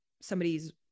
somebody's